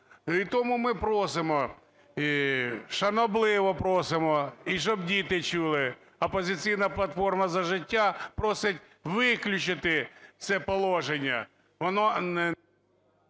І тому ми просимо, шанобливо просимо, і щоб діти чули, "Опозиційна платформа – За життя" просить виключити це положення,